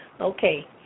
okay